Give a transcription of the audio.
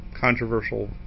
controversial